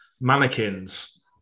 mannequins